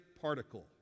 particle